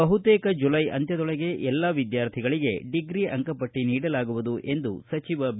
ಬಹುತೇಕ ಜುಲೈ ಅಂತ್ಯದೊಳಗೆ ಎಲ್ಲಾ ವಿದ್ಯಾರ್ಥಿಗಳಿಗೆ ಡಿಗ್ರಿ ಅಂಕಪಟ್ಟಿ ನೀಡಲಾಗುವುದು ಎಂದು ಸಚಿವ ಬಿ